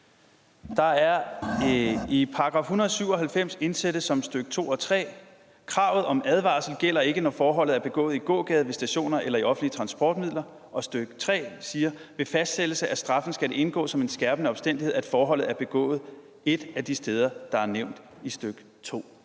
indebærer. I § 197 indsættes som stk. 2: Kravet om advarsel gælder ikke, når forholdet er begået i gågade, ved stationer eller i offentlige transportmidler. Og stk. 3 siger: Ved fastsættelse af straffen skal det indgå som en skærpende omstændighed, at forholdet er begået et af de steder, der er nævnt i stk. 2.